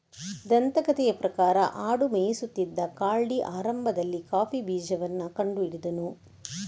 ದಂತಕಥೆಯ ಪ್ರಕಾರ ಆಡು ಮೇಯಿಸುತ್ತಿದ್ದ ಕಾಲ್ಡಿ ಆರಂಭದಲ್ಲಿ ಕಾಫಿ ಬೀಜವನ್ನ ಕಂಡು ಹಿಡಿದನು